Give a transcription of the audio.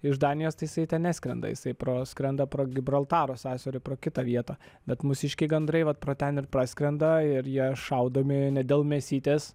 iš danijos tai jisai ten neskrenda jisai pro skrenda pro gibraltaro sąsiaurį pro kitą vietą bet mūsiškiai gandrai vat pro ten ir praskrenda ir jie šaudomi ne dėl mėsytės